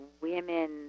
women